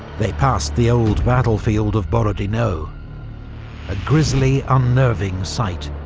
they passed the old battlefield of borodino a grisly, unnerving sight,